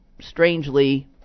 Strangely